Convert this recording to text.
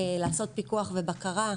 לעשות פיקוח ובקרה,